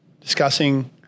discussing